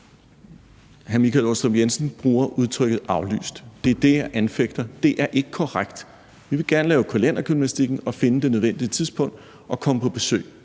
Hr. Michael Aastrup Jensen bruger udtrykket aflyst, og det er det, jeg anfægter, for det er ikke korrekt. Vi vil gerne lave kalendergymnastikken og finde det nødvendige tidspunkt og komme på besøg.